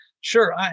Sure